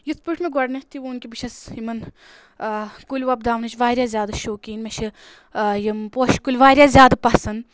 یِتھ پٲٹھۍ مےٚ گۄڈنؠتھٕے ووٚن کہِ بہٕ چھَس یِمَن کُلۍ وۄپداونٕچۍ واریاہ زیادٕ شوقیٖن مےٚ چھِ یِم پوشہِ کُلۍ واریاہ زیادٕ پَسنٛد